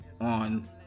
on